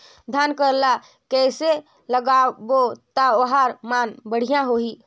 धान कर ला कइसे लगाबो ता ओहार मान बेडिया होही?